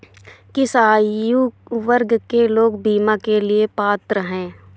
किस आयु वर्ग के लोग बीमा के लिए पात्र हैं?